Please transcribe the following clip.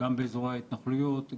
גם באזורי ההתנחלויות,